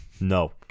no